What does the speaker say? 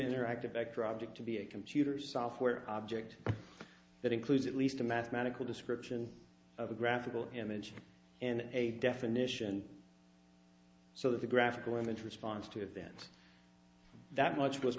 interactive vector object to be a computer software object that includes at least a mathematical description of a graphical image and a definition so that the graphical image response to events that much was